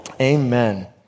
amen